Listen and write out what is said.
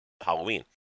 Halloween